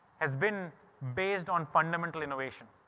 has been based on fundamental innovation.